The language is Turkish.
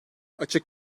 açık